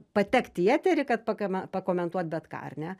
patekti į eterį kad pakome pakomentuot bet ką ar ne